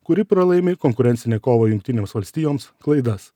kuri pralaimi konkurencinę kovą jungtinėms valstijoms klaidas